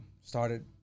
started